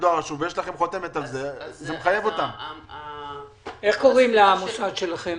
איך קוראים למוסד שלכם?